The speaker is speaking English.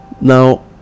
Now